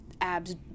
abs